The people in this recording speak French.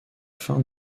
fin